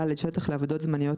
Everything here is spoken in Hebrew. שטח לעבודות זמניות,